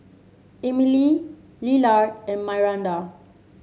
Emilie Lillard and Myranda